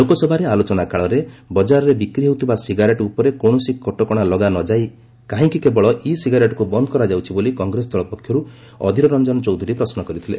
ଲୋକସଭାରେ ଆଲୋଚନାକାଳରେ ବଜାରରେ ବିକ୍ରି ହେଉଥିବା ସିଗାରେଟ୍ ଉପରେ କୌଣସି କଟକଣା ଲଗା ନ ଯାଇ କାହିଁକି କେବଳ ଇ ସିଗାରେଟ୍କୁ ବନ୍ଦ୍ କରାଯାଉଛି ବୋଲି କଂଗ୍ରେସ ଦଳ ପକ୍ଷରୁ ଅଧୀର ରଞ୍ଜନ ଚୌଧୁରୀ ପ୍ରଶ୍ର କରିଥିଲେ